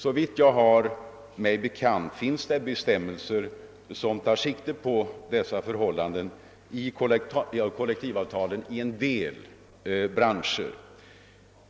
Såvitt jag har mig bekant finns det i kollektivavtalen i en del branscher bestämmelser som tar sikte på dessa förhållanden.